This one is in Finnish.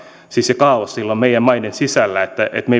siis se kaaos on silloin meidän maidemme sisällä kun me